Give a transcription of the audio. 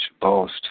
boast